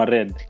Red